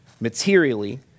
materially